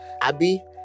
Abby